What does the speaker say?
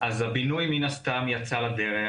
הבינוי מן הסתם יצא לדרך,